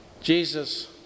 Jesus